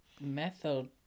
Method